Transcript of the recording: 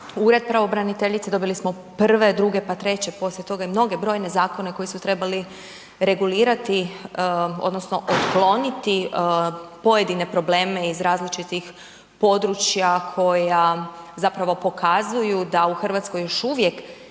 Ured pravobraniteljice dobili smo prve, druge, pa treće poslije toga i mnoge brojne zakone koji su trebali regulirati odnosno otkloniti pojedine problem iz različitih područja koja zapravo pokazuju da u Hrvatskoj još uvijek